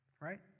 Right